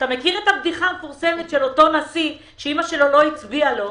אתה מכיר את הבדיחה המפורסמת על אותו נשיא שאימא שלו לא הצביעה עבורו